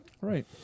Right